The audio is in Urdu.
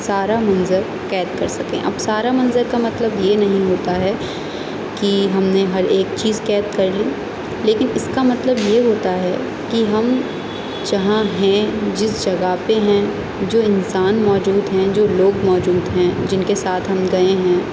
سارا منظر قید کر سکیں اب سارا منظر کا مطلب یہ نہیں ہوتا ہے کہ ہم نے ہر ایک چیز قید کر لی لیکن اس کا مطلب یہ ہوتا ہے کہ ہم جہاں ہیں جس جگہ پہ ہیں جو انسان موجود ہیں جو لوگ موجود ہیں جن کے ساتھ ہم گٮٔے ہیں